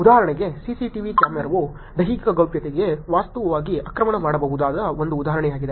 ಉದಾಹರಣೆಗೆ CCTV ಕ್ಯಾಮರಾವು ದೈಹಿಕ ಗೌಪ್ಯತೆಯನ್ನು ವಾಸ್ತವವಾಗಿ ಆಕ್ರಮಣ ಮಾಡಬಹುದಾದ ಒಂದು ಉದಾಹರಣೆಯಾಗಿದೆ